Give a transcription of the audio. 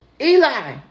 Eli